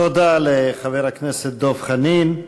תודה לחבר הכנסת דב חנין.